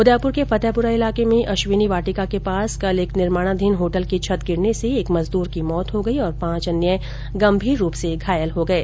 उदयपुर के फतहपुरा इलाके में अश्विनी वाटिका के पास कल एक निर्माणाधीन होटल की छत गिरने से एक मजदूर की मौत हो गयी और पांच अन्य गंभीर रुप से घायल हो गये